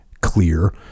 clear